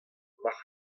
mar